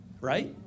Right